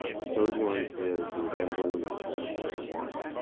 ah the third one is the availability of medical marijuana.